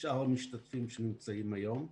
ושאר המשתתפים שנמצאים היום.